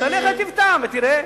תלך ל"טיב טעם" ותראה.